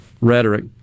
rhetoric